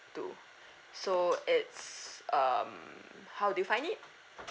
two so it's um how do you find it